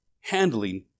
handling